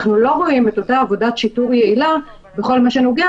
אנחנו לא רואים את אותה עבודת שיטור יעילה בכל מה שנוגע